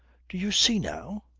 do you see now?